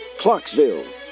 Clarksville